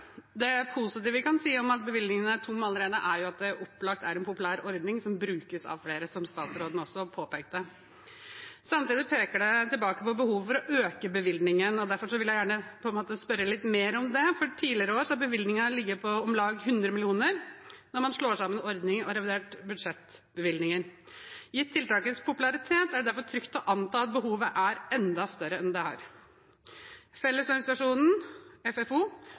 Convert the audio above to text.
Det positive vi kan si om at bevilgningene er tomme allerede, er jo at dette opplagt er en populær ordning som brukes av flere, som statsråden også påpekte. Samtidig peker det tilbake på behovet for å øke bevilgningen, og derfor vil jeg gjerne spørre litt mer om det. Tidligere år har bevilgningen ligget på om lag 100 mill. kr når man slår sammen ordningen og bevilgningen i revidert budsjett. Gitt tiltakets popularitet er det derfor trygt å anta at behovet er enda større enn det er. Fellesorganisasjonen FFO,